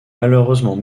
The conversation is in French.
malheureusement